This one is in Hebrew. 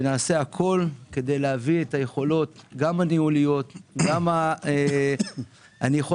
ונעשה הכול כדי להביא את היכולות גם הדיוניות וגם אני יכול